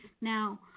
Now